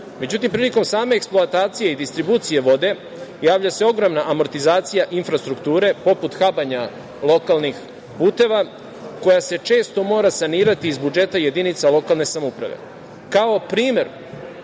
AP.Međutim, prilikom same eksploatacije i distribucije vode javlja se ogromna amortizacija infrastrukture, poput habanja lokalnih puteva, koja se često mora sanirati iz budžeta jedinica lokalne samouprave.